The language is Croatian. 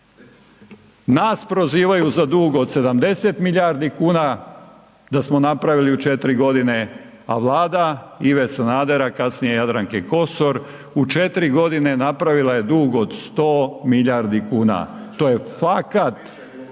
Nas prozivaju za dug od 70 milijardi kuna, da smo napravili u 4 godine, a vlada Ive Sanadera kasnije Jadranke Kosor u 4 godine napravila je dug od 100 milijardi kuna. To je fakat,